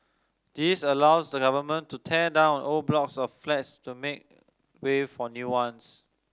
this allows the government to tear down old blocks of flats to make way for new ones